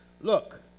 Look